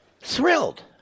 Thrilled